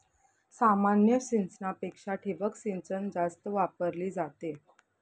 सामान्य सिंचनापेक्षा ठिबक सिंचन जास्त वापरली जाते